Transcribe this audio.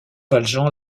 valjean